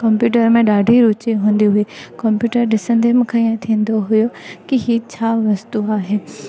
computer में ॾाढी रुचि हूंदी हुई कंप्यूटर ॾिसंदे मूंखे ईअं थींदो हुयो की हीअ छा वस्तू आहे